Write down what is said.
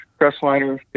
Crestliner